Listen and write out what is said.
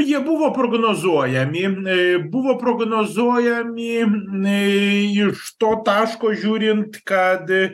jie buvo prognozuojami į buvo prognozuojami į iš to taško žiūrint kąd